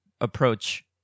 approach